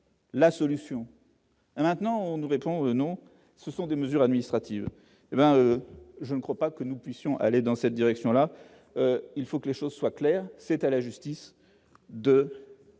la solution. Maintenant, on nous répond, non ce sont des mesures administratives, hé ben je ne crois pas que nous puissions aller dans cette direction-là, il faut que les choses soient claires, c'est à la justice de